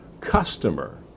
customer